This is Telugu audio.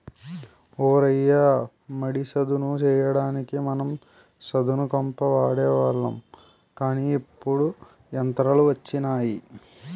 ఓ రయ్య మడి సదును చెయ్యడానికి మనం సదును కంప వాడేవాళ్ళం కానీ ఇప్పుడు యంత్రాలు వచ్చినాయి